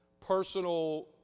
personal